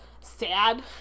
sad